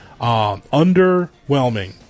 underwhelming